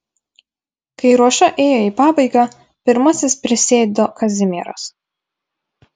kai ruoša ėjo į pabaigą pirmasis prisėdo kazimieras